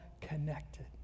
connected